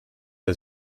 der